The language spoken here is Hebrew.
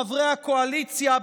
חברי הקואליציה,